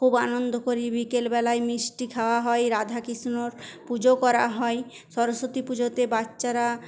খুব আনন্দ করি বিকেলবেলায় মিষ্টি খাওয়া হয় রাধাকৃষ্ণর পুজো করা হয় সরস্বতী পুজোতে বাচ্চারা